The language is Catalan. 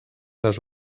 les